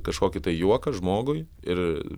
kažkokį tai juoką žmogui ir